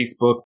Facebook